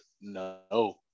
no